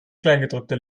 kleingedruckte